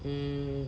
um